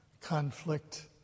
conflict